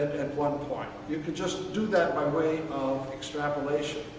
at one point. you could just do that by way of extrapolation.